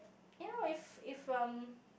you know if if um